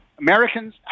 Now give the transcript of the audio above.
Americans